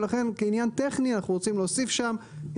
ולכן כעניין טכני אנחנו רוצים להוסיף שם,